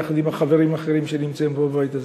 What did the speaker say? יחד עם החברים האחרים שנמצאים בבית הזה.